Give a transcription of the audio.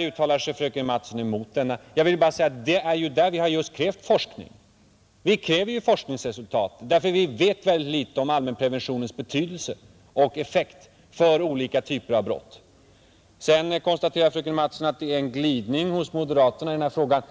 uttalar sig fröken Mattson emot denna. Jag vill bara säga att det är just på detta område vi kräver forskningsresultat, eftersom vi vet mycket litet om allmänpreventionens betydelse och effekt för olika typer av brott. Sedan konstaterar fröken Mattson att det är en glidning hos moderaterna i denna fråga.